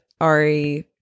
Ari